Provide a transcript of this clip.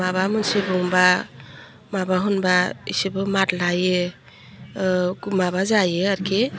माबा मोनसो गुमबा माबा होनबा इसोदबो माद लायो माबा जाहैयो आरोखि